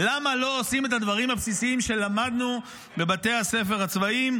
למה לא עושים את הדברים הבסיסיים שלמדנו בבתי הספר הצבאיים?